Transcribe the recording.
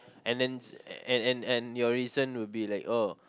and then and and and your reason would be like oh